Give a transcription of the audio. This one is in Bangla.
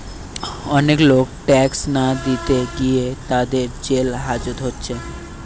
অনেক লোক ট্যাক্স না দিতে গিয়ে তাদের জেল হাজত হচ্ছে